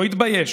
לא התבייש.